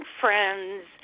friends